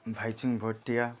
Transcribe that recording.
Bhaichung Bhutia